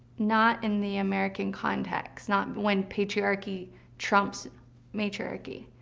not in the american context, not when patriarchy trumps matriarchy.